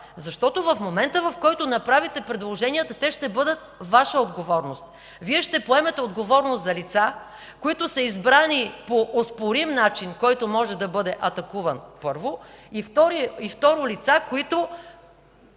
Защото в момента, в който направите предложенията, те ще бъдат Ваша отговорност. Вие ще поемете отговорност за лица, които са избрани по оспорим начин, който може да бъде атакуван, първо. Второ, лица, които